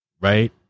right